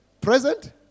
Present